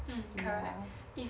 mm correct